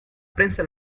prensa